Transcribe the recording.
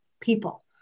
people